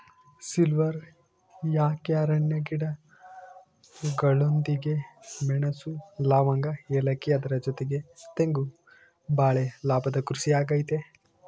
silver oak ಅರಣ್ಯ ಗಿಡಗಳೊಂದಿಗೆ ಮೆಣಸು, ಲವಂಗ, ಏಲಕ್ಕಿ ಅದರ ಜೊತೆಗೆ ತೆಂಗು ಬಾಳೆ ಲಾಭದ ಕೃಷಿ ಆಗೈತೆ